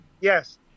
Yes